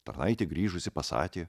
tarnaitė grįžusi pasakė